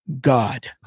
God